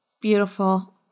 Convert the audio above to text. Beautiful